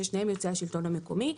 ששניהם יוצאי השלטון המקומי,